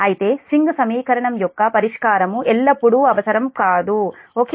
అయితే స్వింగ్ సమీకరణం యొక్క పరిష్కారం ఎల్లప్పుడూ అవసరం కాదు ఓకే